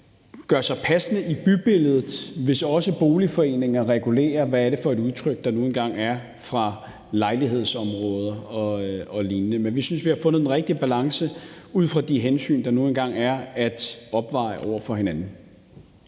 i forhold til bybilledet, hvis også boligforeninger regulerer, hvad det er for et udtryk, der nu engang er fra lejlighedsområder og lignende. Men vi synes, vi har fundet den rigtige balance ud fra de hensyn, der nu engang er at opveje over for hinanden.